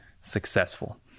successful